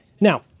Now